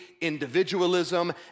individualism